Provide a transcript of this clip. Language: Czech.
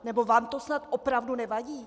Nebo vám to snad opravdu nevadí?